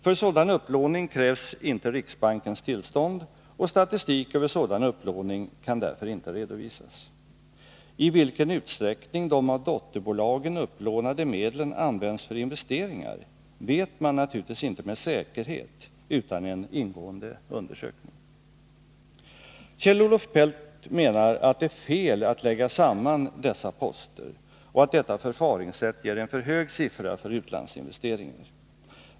För sådan upplåning krävs inte riksbankens tillstånd, och statistik över sådan upplåning kan därför inte redovisas. I vilken utsträckning de av dotterbolagen upplånade medlen används för investeringar vet man naturligtvis inte med säkerhet utan en ingående undersökning. Kjell-Olof Feldt menar att det är fel att lägga samman dessa poster och att detta förfaringssätt ger en för hög siffra för utlandsinvesteringarna.